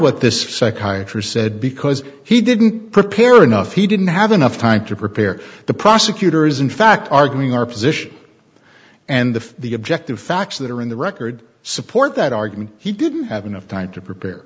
what this psychiatry's said because he didn't prepare enough he didn't have enough time to prepare the prosecutors in fact arguing our position and the the objective facts that are in the record support that argument he didn't have enough time to prepare